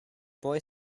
boy